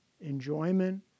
enjoyment